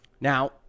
Now